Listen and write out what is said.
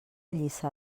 lliçà